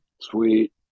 Sweet